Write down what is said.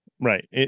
Right